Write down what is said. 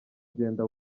genda